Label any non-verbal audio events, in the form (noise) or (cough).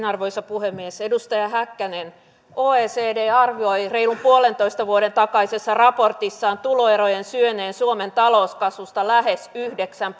(unintelligible) arvoisa puhemies edustaja häkkänen oecd arvioi reilun puolentoista vuoden takaisessa raportissaan tuloerojen syöneen suomen talouskasvusta lähes yhdeksän (unintelligible)